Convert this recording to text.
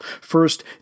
First